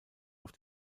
auf